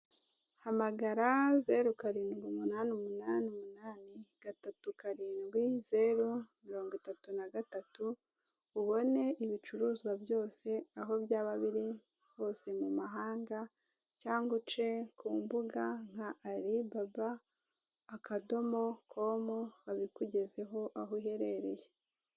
Hamagara zeru, karindwi, umunani, umunani, umunani, gatatu, karindwi, zeru, mirongo itatu na gatatu, ubone ibicuruzwa byose aho byaba biri hose mu mahanga cyangwa uce ku mbuga nka Ali Baba akadomo com, babikugezeho aho uherereye.